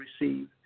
receive